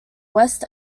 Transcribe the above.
west